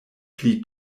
pli